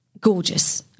gorgeous